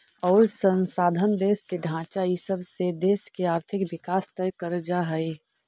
अउर संसाधन, देश के ढांचा इ सब से देश के आर्थिक विकास तय कर जा हइ